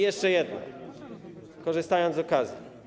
Jeszcze jedno, korzystając z okazji.